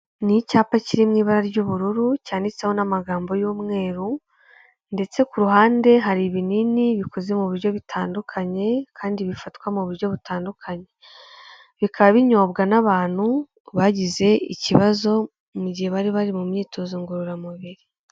Ni icyapa kiri mu ibara ry'ubururu cyanditseho n'amagambo y'umweru. Ndetse ku ruhande hari ibinini bikoze mu buryo bitandukanye, kandi bifatwa mu buryo butandukanye. Bikaba binyobwa n'abantu bagize ikibazo mu gihe bari bari mu myitozo ngororamubiri.